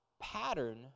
pattern